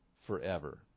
forever